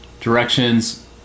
directions